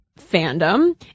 fandom